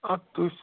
اَدٕ تُہۍ